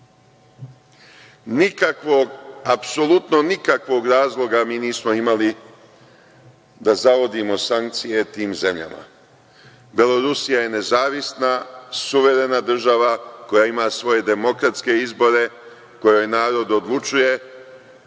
Nikakvog, apsolutno nikakvog razloga mi nismo imali da zavodimo sankcije tim zemljama. Belorusija je nezavisna, suverena država koja ima svoje demokratske izbore, u kojoj narod odlučuje